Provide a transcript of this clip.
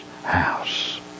house